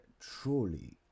truly